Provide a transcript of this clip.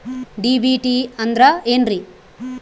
DBT ಅಂದ್ರ ಏನ್ರಿ?